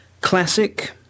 classic